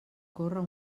córrer